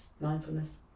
mindfulness